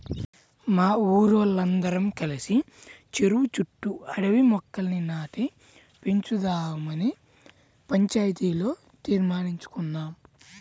మా ఊరోల్లందరం కలిసి చెరువు చుట్టూ అడవి మొక్కల్ని నాటి పెంచుదావని పంచాయతీలో తీర్మానించేసుకున్నాం